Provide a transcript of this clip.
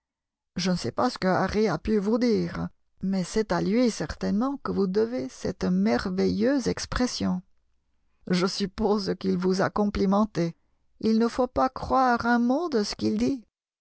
je ne sais pas ce qu'harry a pu vous dire mais c'est à lui certainement que vous devez cette merveilleuse expression je suppose qu'il vous a complimenté il ne faut pas croire un mot de ce qu'il dit